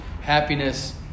happiness